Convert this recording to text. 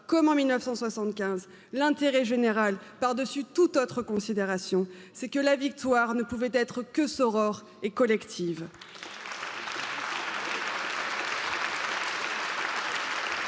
soixante quinze l'intérêt général par dessus toute autre considération c'est que la victoire ne pouvait être que soror et collective